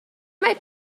mae